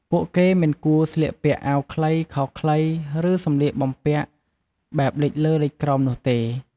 ពួកគេ មិនគួរស្លៀកពាក់អាវខ្លី ខោខ្លី ឬសម្លៀកបំពាក់បែបលិចលើលិចក្រោមនុះទេ។